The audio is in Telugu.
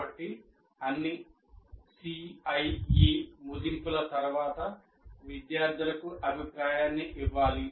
కాబట్టి అన్ని CIE మదింపుల తర్వాత విద్యార్థులకు అభిప్రాయాన్ని ఇవ్వాలి